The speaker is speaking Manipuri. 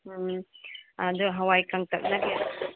ꯎꯝ ꯑꯗꯨ ꯍꯥꯋꯥꯏ ꯀꯥꯡꯇꯛꯅ ꯀꯌꯥ